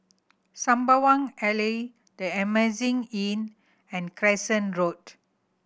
Sembawang Alley The Amazing Inn and Crescent Road